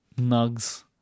Nugs